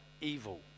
evil